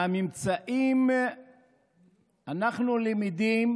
מהממצאים אנחנו למדים,